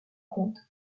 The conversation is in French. comte